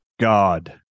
God